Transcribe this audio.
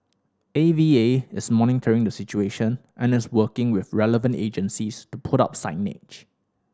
A V A is monitoring the situation and is working with relevant agencies to put up signage